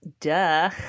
duh